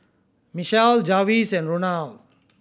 Michell Jarvis and Ronald